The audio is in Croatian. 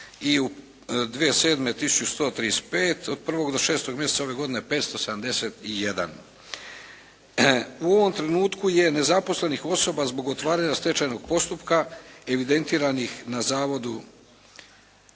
tisuću 135. Od prvog do šestog mjeseca ove godine 571. U ovom trenutku je nezaposlenih osoba zbog otvaranja stečajnog postupka evidentiranih na Zavodu za